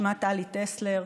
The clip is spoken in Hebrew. שמה תמי טסלר.